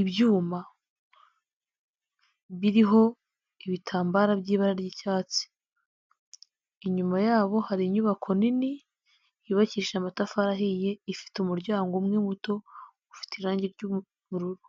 ibyuma, biriho ibitambaro by'ibara ry'icyatsi, inyuma yabo hari inyubako nini yukishije amatafari ahiye, ifite umuryango umwe muto ufite irangi ry'ubururu.